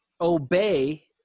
obey